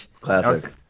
Classic